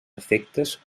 efectes